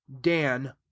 dan